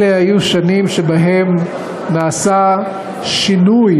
אלה היו שנים שבהן נעשה שינוי